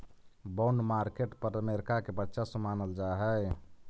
bond market पर America के वर्चस्व मानल जा हइ